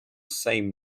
same